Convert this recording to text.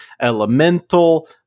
Elemental